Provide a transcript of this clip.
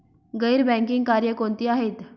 गैर बँकिंग कार्य कोणती आहेत?